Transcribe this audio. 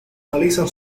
analizan